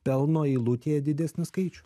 pelno eilutėje didesnį skaičių